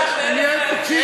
מה הקשר?